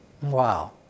Wow